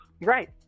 Right